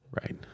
Right